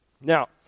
Now